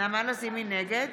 נגד